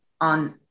on